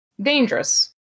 dangerous